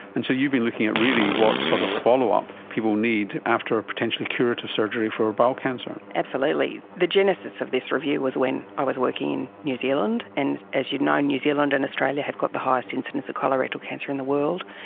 and so you've been looking at really what sort of follow-up people need after a potentially curative surgery for bowel cancer. absolutely. the genesis of this review was when i was working in new zealand. and as you know, new zealand and australia have got the highest incidence of colorectal cancer in the world,